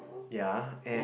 ya and